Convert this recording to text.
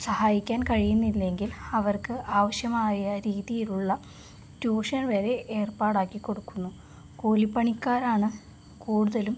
സഹായിക്കാൻ കഴിയുന്നില്ലെങ്കിൽ അവർക്ക് ആവശ്യമായ രീതിയിലുള്ള ട്യൂഷൻ വരെ ഏർപ്പാടാക്കിക്കൊടുക്കുന്നു കൂലിപ്പണിക്കാരാണ് കൂടുതലും